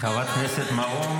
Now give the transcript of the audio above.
חברת הכנסת בלי נעליים?